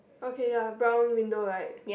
okay ya brown window right